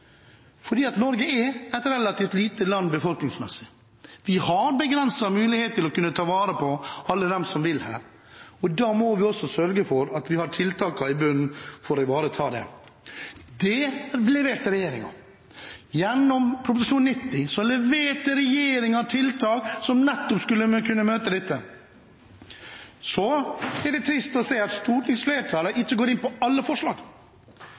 Norge er et relativt lite land befolkningsmessig. Vi har begrensede muligheter til å kunne ta vare på alle dem som vil hit. Da må vi også sørge for at vi har tiltakene i bunn for å ivareta det. Det leverte regjeringen. Gjennom Prop. 90 L leverte regjeringen tiltak som nettopp skulle kunne møte dette. Så er det trist å se at stortingsflertallet ikke går inn for alle forslag,